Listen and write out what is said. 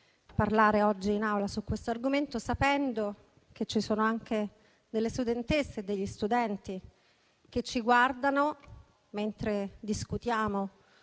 parlare oggi in Aula su questo argomento, sapendo che ci sono anche delle studentesse e degli studenti che ci guardano mentre discutiamo